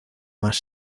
más